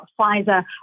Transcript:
Pfizer